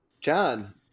John